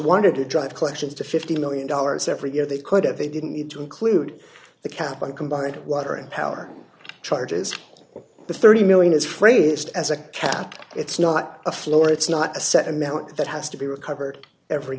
wanted to drive collections to fifty million dollars every year they could if they didn't need to include the cap on combined water and power charges the thirty million dollars is phrased as a cat it's not a floor it's not a set amount that has to be recovered every